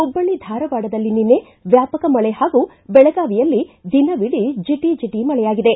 ಹುಬ್ಬಳ್ಳಿ ಧಾರವಾಡದಲ್ಲಿ ನಿನ್ನೆ ವ್ಯಾಪಕ ಮಳೆ ಹಾಗೂ ಬೆಳಗಾವಿಯಲ್ಲಿ ದಿನವಿಡೀ ಜಿಟಜಿಟ ಮಳೆಯಾಗಿದೆ